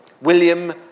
William